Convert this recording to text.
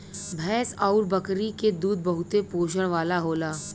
भैंस आउर बकरी के दूध बहुते पोषण वाला होला